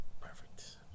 Perfect